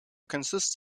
consists